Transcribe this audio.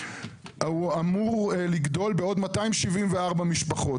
אמור לגדול בעוד 274 משפחות.